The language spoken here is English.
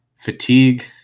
Fatigue